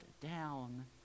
down